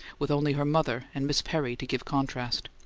with only her mother and miss perry to give contrast.